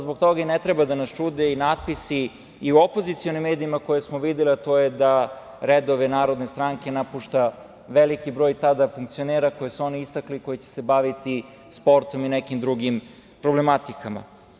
Zbog toga i ne treba da nas čude natpisi i u opozicionim medijima koje smo videli, a to je da redove narodne stranke napušta veliki broj tada funkcionera koje su oni istakli koji će se baviti sportom i nekim drugim problematikama.